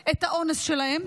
שלהם, את האונס שלהם,